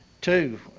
two